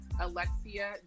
Alexia